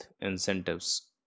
incentives